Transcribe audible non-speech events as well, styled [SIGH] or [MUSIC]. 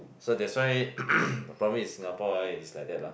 so that's why [COUGHS] the problem in Singapore right is like that lah